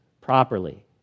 properly